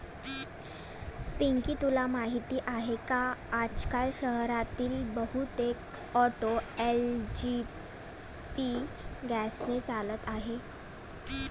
पिंकी तुला माहीत आहे की आजकाल शहरातील बहुतेक ऑटो एल.पी.जी गॅसने चालत आहेत